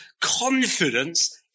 confidence